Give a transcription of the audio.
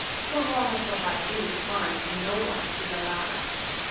so long as what i do harms no one to the last.